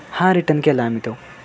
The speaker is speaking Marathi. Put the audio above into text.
हा रिटर्न केला आम्ही तो